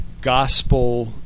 gospel